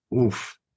oof